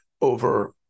over